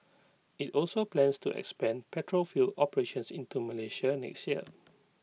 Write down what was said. IT also plans to expand petrol fuel operations into Malaysia next year